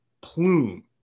Plume